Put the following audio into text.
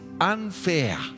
unfair